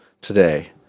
today